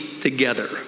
together